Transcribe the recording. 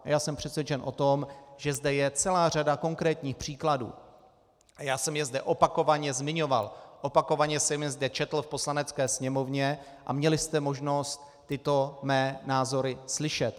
A já jsem přesvědčen o tom, že zde je celá řada konkrétních příkladů, a já jsem je zde opakovaně zmiňoval, opakovaně jsem je zde četl v Poslanecké sněmovně a měli jste možnost tyto mé názory slyšet.